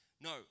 No